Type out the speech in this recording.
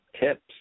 Tips